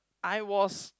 I was